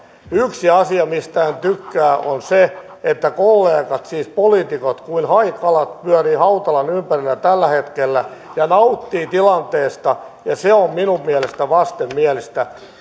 yksi asia mistä en tykkää on se että kollegat siis poliitikot kuin haikalat pyörii hautalan ympärillä tällä hetkellä ja nauttii tilanteesta ja se on minun mielestä vastenmielistä